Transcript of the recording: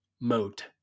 moat